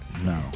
No